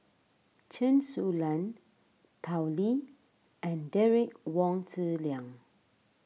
Chen Su Lan Tao Li and Derek Wong Zi Liang